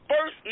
first